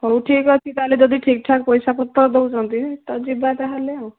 ହଉ ଠିକ୍ ଅଛି ତା'ହେଲେ ଯଦି ଠିକ୍ଠାକ୍ ପଇସାପତ୍ର ଦେଉଛନ୍ତି ତ ଯିବା ତା'ହେଲେ ଆଉ